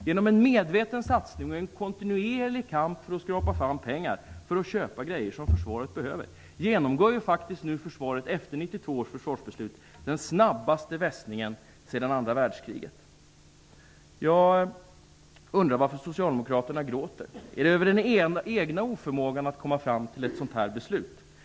Genom en medveten satsning och en kontinuerlig kamp för att skrapa fram pengar, så att man kan köpa grejer som försvaret behöver, genomgår faktiskt försvaret efter 1992 års försvarsbeslut den snabbaste vässningen sedan andra världskriget. Jag undrar varför Socialdemokraterna gråter. Gråter man över den egna oförmågan att komma fram till ett sådant här beslut?